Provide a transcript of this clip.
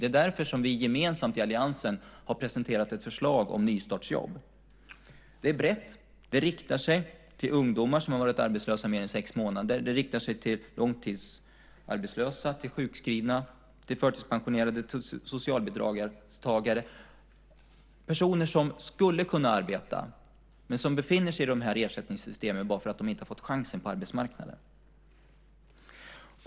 Det är därför som vi gemensamt i alliansen har presenterat ett förslag om nystartsjobb. Det är brett, och det riktar sig till ungdomar som har varit arbetslösa i mer än sex månader, till långtidsarbetslösa, till sjukskrivna, till förtidspensionerade och till socialhjälpstagare. Det är personer som skulle kunna arbeta men som befinner sig i de här ersättningssystemen bara för att de inte har fått chansen på arbetsmarknaden.